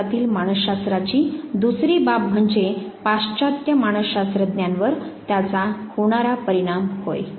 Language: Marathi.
भारतातील मानस शास्त्राची दुसरी बाब म्हणजे पाश्चात्य मानसशास्त्रज्ञांवर त्याचा होणारा परिणाम होय